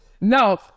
no